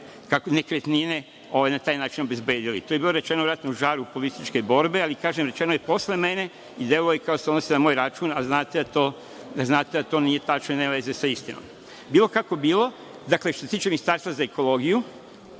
nekretnine na taj način obezbedili. To je bilo rečeno verovatno u žaru političke borbe, ali kažem, rečeno je posle mene i deluje kao da se odnosi na moj račun, a znate da to nije tačno i nema veze sa istinom. Bilo kako bilo, što se tiče ministarstva za ekologiju,